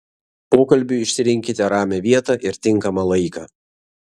pokalbiui išsirinkite ramią vietą ir tinkamą laiką